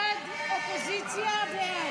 49 בעד, 57 נגד.